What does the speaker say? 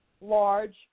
large